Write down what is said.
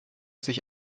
sich